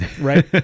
right